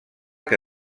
que